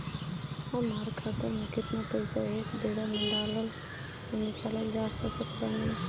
हमार खाता मे केतना पईसा एक बेर मे डाल आऊर निकाल सकत बानी?